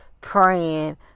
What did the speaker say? praying